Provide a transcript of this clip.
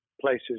places